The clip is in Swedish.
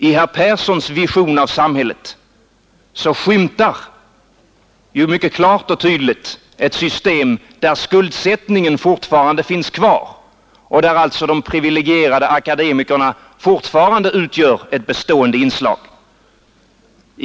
I herr Perssons vision av samhället ingår klart och tydligt ett system där skuldsättningen fortfarande finns kvar och där alltså de privilegierade akademikerna utgör ett bestående inslag.